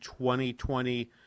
2020